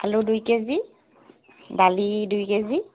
আলু দুই কেজি দালি দুই কেজি